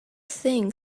thing